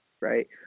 right